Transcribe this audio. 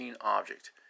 object